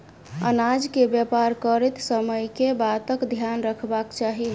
अनाज केँ व्यापार करैत समय केँ बातक ध्यान रखबाक चाहि?